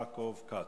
יעקב כץ.